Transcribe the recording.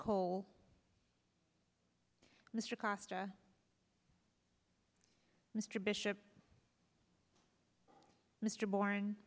cole mr costa mr bishop mr boring